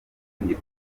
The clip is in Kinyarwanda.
ndi